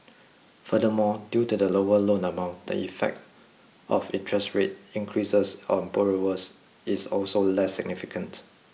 furthermore due to the lower loan amount the effect of interest rate increases on borrowers is also less significant